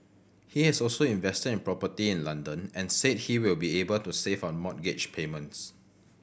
he has also invested in property in London and said he will be able to save on mortgage payments